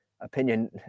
opinion